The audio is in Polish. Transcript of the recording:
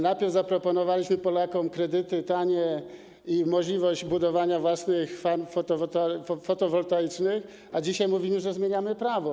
Najpierw zaproponowaliśmy Polakom tanie kredyty i możliwość budowania własnych farm fotowoltaicznych, a dzisiaj mówimy, że zmieniamy prawo.